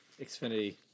Xfinity